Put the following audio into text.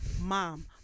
mom